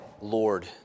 Lord